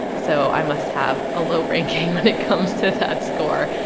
so i must have a low ranking when it comes to that score.